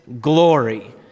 glory